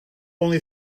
only